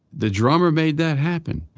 the drummer made that happen